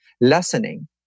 lessening